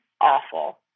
awful